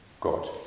God